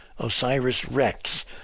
OSIRIS-REx